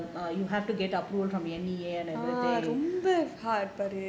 you have to get approval from the N_E_A and everything